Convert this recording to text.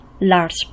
Large